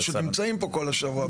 הן פשוט נמצאות פה כל השבוע,